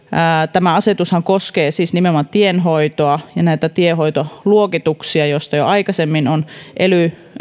tämä asetushan koskee siis nimenomaan tienhoitoa ja näitä tienhoitoluokituksia joista jo aikaisemmin on ely